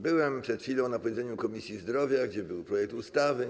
Byłem przed chwilą na posiedzeniu Komisji Zdrowia, na której był projekt ustawy.